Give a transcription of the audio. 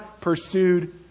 pursued